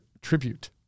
tribute